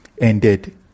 ended